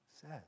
says